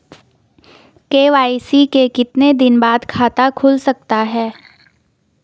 KYC के कितने दिन बाद खाता खुल सकता है?